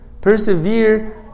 Persevere